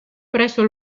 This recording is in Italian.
presso